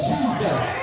Jesus